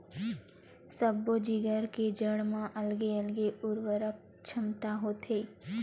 सब्बो जिगर के जड़ म अलगे अलगे उरवरक छमता होथे